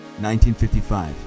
1955